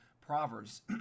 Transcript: Proverbs